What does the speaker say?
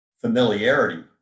familiarity